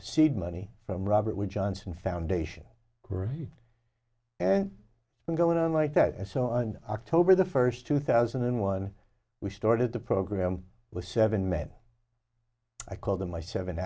seed money from robert wood johnson foundation and going on like that and so on october the first two thousand and one we started the program was seven men i call them my seven